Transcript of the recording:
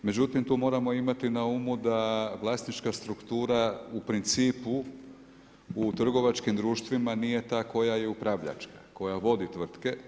Međutim, tu moramo imati na umu da vlasnička struktura u principu u trgovačkim društvima nije ta koja je upravljačka, koja vodi tvrtke.